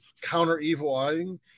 counter-evil-eyeing